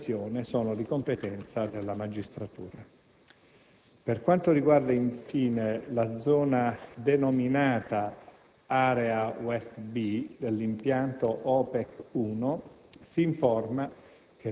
Gli esiti di questa azione sono di competenza della magistratura. Per quanto riguarda, infine, la zona denominata Area Waste-B dell'impianto OPEC-1